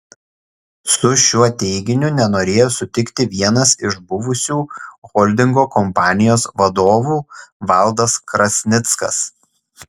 su šiuo teiginiu nenorėjo sutikti vienas iš buvusių holdingo kompanijos vadovų valdas krasnickas